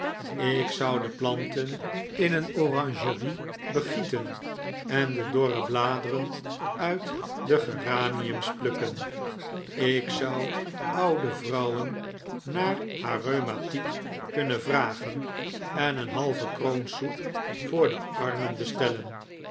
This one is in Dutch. ik zou de planten in een orangerie begieten en de dorre bladeren uit de geraniums plukken ik zou oude vrouwen naar haar rheumatiek kunnen vragen en een halve kroon soep voor de armen bestellen